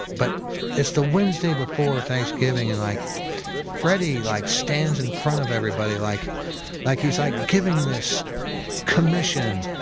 but it's the wednesday before thanksgiving. and like freddie like stands in front of everybody, like like he's like giving this commission.